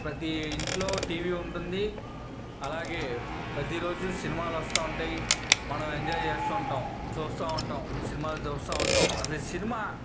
ప్రతి ఇంట్లో టీవీ ఉంటుంది అలాగే ప్రతిరోజు సినిమాలు వస్తు ఉంటాయి మనం ఎంజాయ్ చేస్తు ఉంటాం చూస్తు ఉంటాం సినిమాలు చూస్తు ఉంటాం అసలు ఈ సినిమా